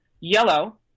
Yellow